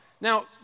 Now